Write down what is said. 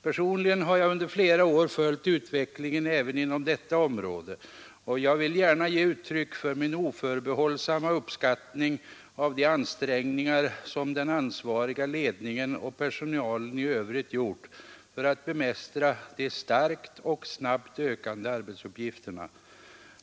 Personligen har jag under flera år följt utvecklingen även inom detta område och jag vill gärna ge uttryck för min oförbehållsamma uppskattning av de ansträngningar som den ansvariga ledningen och personalen i Övrigt gjort för att bemästra de starkt och snabbt ökande arbetsuppgifterna.